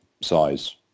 size